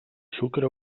sucre